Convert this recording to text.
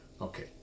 Okay